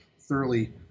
thoroughly